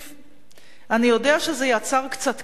"אני יודע שזה יצר קצת כעס במפלגה שלי,